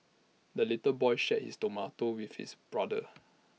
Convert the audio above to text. the little boy shared his tomato with his brother